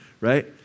right